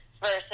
Versus